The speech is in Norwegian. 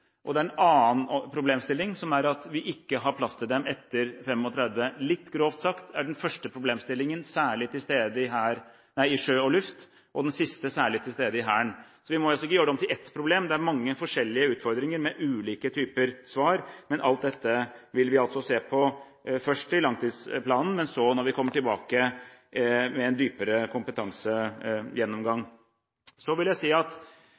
og en annen problemstilling er at vi ikke har plass til dem etter 35 år. Litt grovt sagt er den første problemstillingen særlig til stede i Sjøforsvaret og Luftforsvaret og den siste særlig til stede i Hæren. Så vi må altså ikke gjøre det om til ett problem. Det er mange forskjellige utfordringer med ulike typer svar. Men alt dette vil vi altså se på, først i langtidsplanen, og så når vi kommer tilbake med en dypere kompetansegjennomgang. Så vil jeg si at